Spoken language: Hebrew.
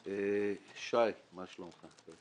שי, מה שלומך?